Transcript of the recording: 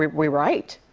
we write.